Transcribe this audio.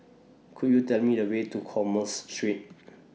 Could YOU Tell Me The Way to Commerce Street